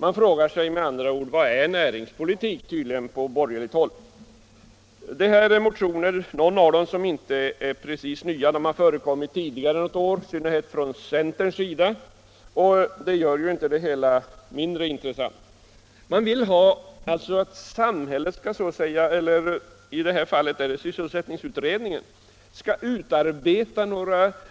Man frågar sig med andra ord tydligen från borgerligt håll vad näringspolitik är. Det här är motioner som inte är precis nya, de har förekommit tidigare något år, i synnerhet från centerns sida. Det gör ju inte det hela mindre intressant. Motionärerna vill att, i det här fallet, sysselsättningsutredningen skall utarbeta